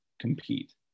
compete